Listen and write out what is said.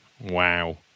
Wow